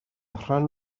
rhan